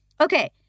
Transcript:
Okay